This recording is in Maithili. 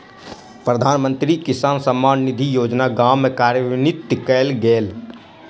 प्रधानमंत्री किसान सम्मान निधि योजना गाम में कार्यान्वित कयल गेल